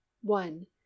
One